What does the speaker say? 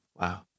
Wow